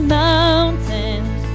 mountains